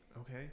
okay